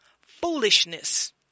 foolishness